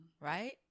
Right